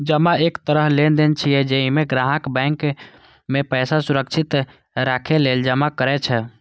जमा एक तरह लेनदेन छियै, जइमे ग्राहक बैंक मे पैसा सुरक्षित राखै लेल जमा करै छै